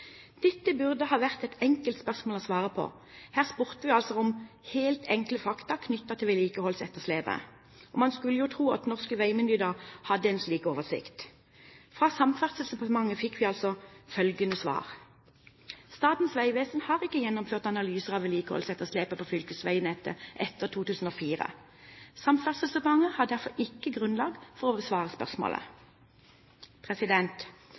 Dette burde ha vært et enkelt spørsmål å svare på. Her spurte vi altså om helt enkle fakta knyttet til vedlikeholdsetterslepet, og man skulle jo tro at norske veimyndigheter hadde en slik oversikt. Fra Samferdselsdepartementet fikk vi følgende svar: «Statens vegvesen har ikke gjennomført analyser av vedlikeholdsetterslepet på fylkesvegnettet etter 2004. Samferdselsdepartementet har derfor ikke grunnlag for å besvare spørsmålet.»